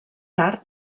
tard